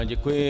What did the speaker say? Děkuji.